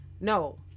No